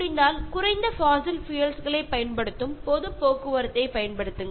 முடிந்தால் குறைந்த போஷில் பியூல்ஸ் ளை பயன்படுத்தும் பொது போக்குவரத்தைப் பயன்படுத்துங்கள்